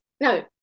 no